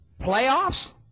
Playoffs